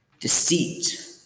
deceit